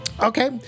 Okay